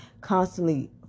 constantly